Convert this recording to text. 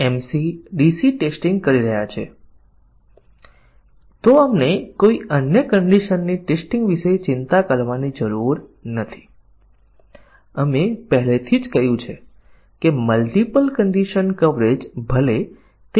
કારણ કે દરેક એ સાચા અને ખોટા મૂલ્યો લીધા છે અથવા આપણી પાસે એક પરીક્ષણ કેસ હોઈ શકે છે જે સાચું ખોટું સાચું અને ખોટું સાચું ખોટું બનાવે છે જેથી ખાતરી કરશે કે દરેક શરત સાચા અને ખોટા બંને મૂલ્યો લે છે